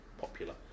popular